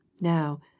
now